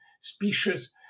species